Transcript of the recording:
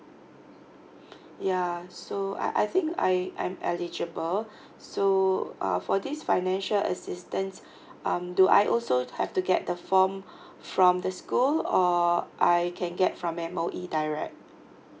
ya so I I think I I'm eligible so uh for this financial assistance um do I also have to get the form from the school or I can get from M_O_E direct